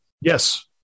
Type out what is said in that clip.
Yes